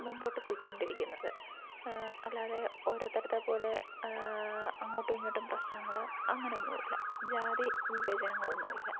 മുമ്പോട്ട് പൊയ്ക്കൊണ്ടിരിക്കുന്നത് അല്ലാതെ ഓരോ സ്ഥലത്തെ പോലെ അങ്ങോട്ടും ഇങ്ങോട്ടും പ്രശ്നങ്ങള് അങ്ങനെയൊന്നുമില്ല ജാതി വിവേചനങ്ങളൊന്നുമില്ല